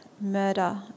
murder